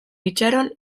itxaron